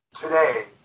today